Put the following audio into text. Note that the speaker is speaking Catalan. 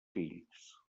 fills